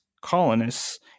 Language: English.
Colonists